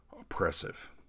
oppressive